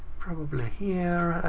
probably here.